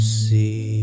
see